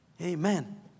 Amen